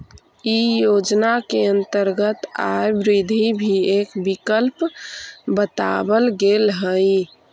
इ योजना के अंतर्गत आय वृद्धि भी एक विकल्प बतावल गेल हई